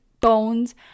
bones